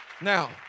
Now